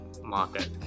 market